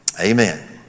Amen